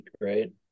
right